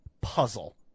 puzzle